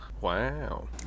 Wow